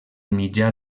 mitjà